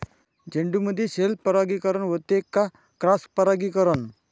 झेंडूमंदी सेल्फ परागीकरन होते का क्रॉस परागीकरन?